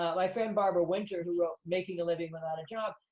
ah my friend barbara winter to wrote making a living without a job,